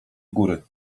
góry